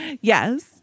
yes